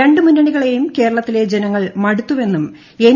രണ്ട് മുന്നണികളെയും കേരളത്തിലെ ജനങ്ങൾക്ക് മടുത്തുവെന്നും എൻ